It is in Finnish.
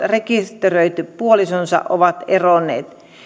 rekisteröity puolisonsa ovat eronneet